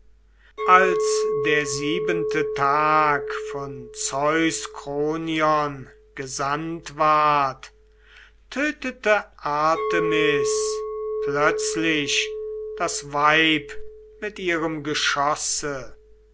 als der siebente tag von zeus kronion gesandt ward tötete artemis plötzlich das weib mit ihrem geschosse